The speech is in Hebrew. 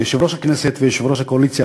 ליושב-ראש הכנסת וליושב-ראש הקואליציה,